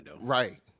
right